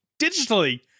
digitally